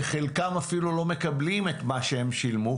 וחלקם אפילו לא מקבלים את מה שהם שילמו,